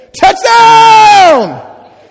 touchdown